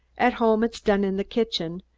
at home it's done in the kitchen,